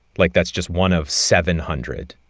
like, that's just one of seven hundred.